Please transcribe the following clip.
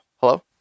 Hello